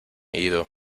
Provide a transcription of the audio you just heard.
ido